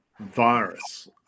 virus